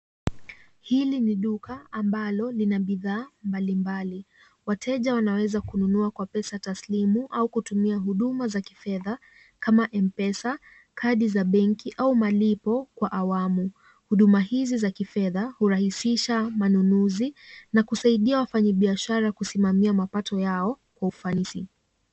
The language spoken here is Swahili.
Hili ni duka ambalo lina bidhaa mbalimbali. Wateja wanaweza kununua kwa pesa taslimu au kutumia huduma za kifedha kama M-Pesa, kadi za benki au malipo kwa awamu. Huduma hizi za kifedha hurahisisha manunuzi na kusaidia wafanyibiashara kusimamia mapato yao kwa ufanisi.